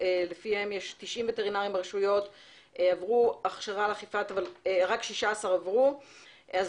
לפיהם יש 90 וטרינרים ברשויות אך רק 16 עברו הכשרה,